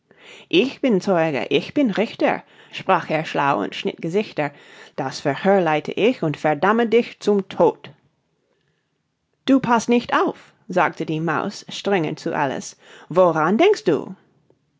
ich bin zeuge ich bin richter sprach er schlau und schnitt gesichter das verhör leite ich und verdamme dich zum tod du paßt nicht auf sagte die maus strenge zu alice woran denkst du